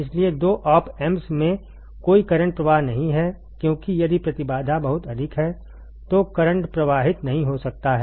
इसलिए दो op amps में कोई करंट प्रवाह नहीं है क्योंकि यदि प्रतिबाधा बहुत अधिक है तो करंट प्रवाहित नहीं हो सकता है